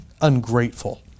ungrateful